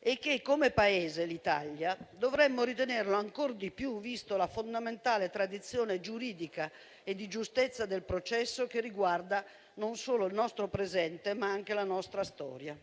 e che, come Paese Italia, dovremmo ritenere ancor di più, visto la fondamentale tradizione giuridica e di giustezza del processo, che riguarda non solo il nostro presente, ma anche la nostra storia.